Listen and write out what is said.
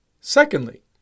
Secondly